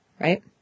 right